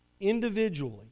individually